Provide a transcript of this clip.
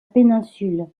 péninsule